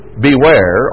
beware